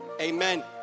Amen